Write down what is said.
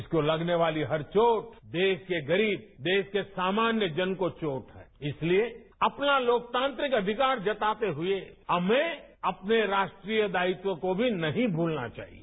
इसको लगने वाली हर चोट देश के गरीब देश के सामान्य जन को चोट इसलिए अपना लोकतांत्रिक अधिकार जताते हुए हमें अपने राष्ट्रीय दायित्वों को भी नहीं भूलना चाहिए